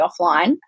offline